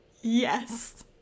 yes